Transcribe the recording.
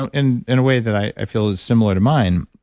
and in a way that i feel is similar to mine,